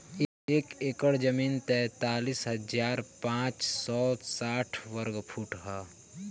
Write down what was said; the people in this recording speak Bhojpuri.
एक एकड़ जमीन तैंतालीस हजार पांच सौ साठ वर्ग फुट ह